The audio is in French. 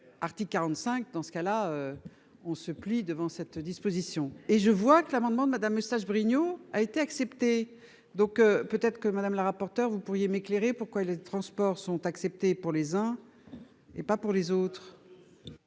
et. 45 dans ce cas-là. On se plie devant cette disposition et je vois que l'amendement de Madame Eustache-Brinio a été. Accepté donc peut-être que Madame la rapporteure, vous pourriez m'éclairer. Pourquoi les transports sont acceptées pour les uns. Et pas pour les autres.